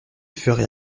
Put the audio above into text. ferait